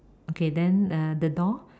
okay then uh the door